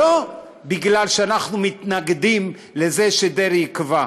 לא כי אנחנו מתנגדים לזה שדרעי יקבע,